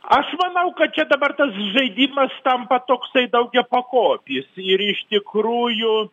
aš manau kad čia dabar tas žaidimas tampa toksai daugiapakopis ir iš tikrųjų